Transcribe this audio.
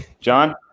John